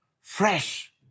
fresh